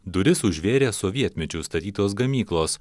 duris užvėrė sovietmečiu statytos gamyklos